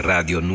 Radio